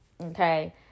Okay